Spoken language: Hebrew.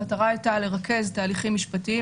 המטרה הייתה לרכז תהליכים משפטיים,